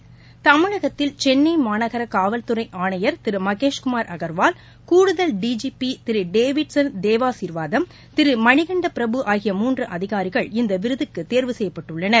சென்னை தமிழகத்தில் மாநகர காவல் துறை ஆணையர் திரு மகேஷ்குமார் அகர்வால் கூடுதல் டிஜிபி திரு டேவிட்சன் தேவாசீர்வாதம் திரு மணிகண்ட பிரபு ஆகிய மூன்று அதிகாரிகள் இந்த விருதுக்கு தேர்வு செய்யப்பட்டுள்ளனர்